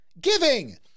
giving